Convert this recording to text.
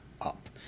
up